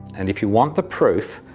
and, if you want the proof,